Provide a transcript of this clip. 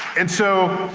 and so,